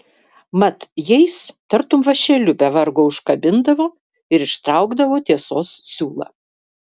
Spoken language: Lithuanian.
mat jais tartum vąšeliu be vargo užkabindavo ir ištraukdavo tiesos siūlą